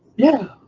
yeah.